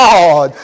God